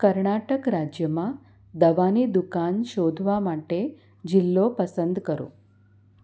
કર્ણાટક રાજ્યમાં દવાની દુકાન શોધવા માટે જિલ્લો પસંદ કરો